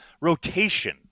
rotation